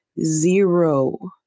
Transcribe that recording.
zero